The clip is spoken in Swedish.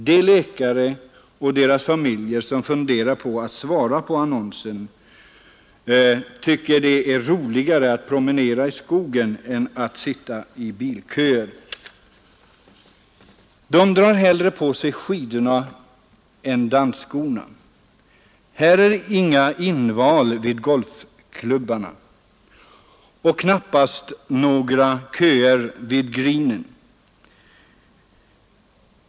De läkare och deras familjer som funderar på att svara på annonsen tycker det är roligare att promenera i skogen än att sitta i bilköer. Dom drar hellre på sig skidorna än dansskorna. Här är inga inval vid golfklubbarna. Och knappast några köer vid green.